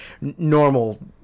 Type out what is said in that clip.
normal